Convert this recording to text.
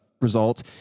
results